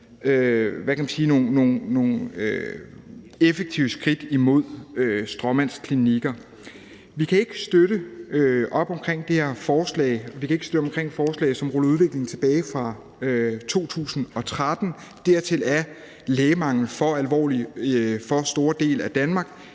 omkring det her forslag; vi kan ikke støtte op omkring et forslag, som ruller udviklingen tilbage fra 2013 – dertil er lægemanglen for alvorlig i store dele af Danmark.